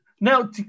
Now